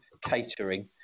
catering